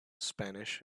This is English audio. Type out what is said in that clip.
spanish